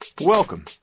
Welcome